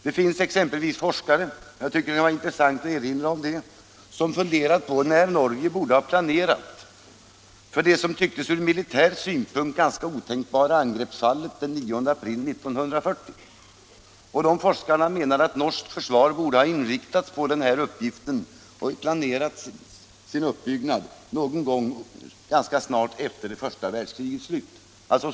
Det finns exempelvis forskare — jag tycker det är intressant att erinra om det — som funderat på när Norge borde ha planerat för det ur militär synpunkt föga tänkbara angreppsfallet den 9 april 1940. Dessa forskare menar att norskt försvar borde ha planerats och uppbyggts med sikte på detta strax efter första världskrigets slut.